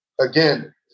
again